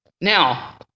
Now